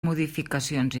modificacions